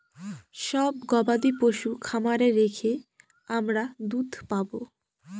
সব গবাদি পশু খামারে রেখে আমরা দুধ পাবো